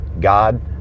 God